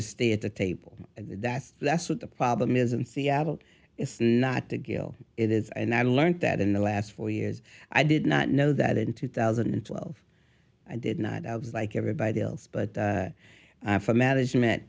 the stay at the table that's that's what the problem is in seattle is not to kill it is and i learnt that in the last four years i did not know that in two thousand and twelve i did not i was like everybody else but for management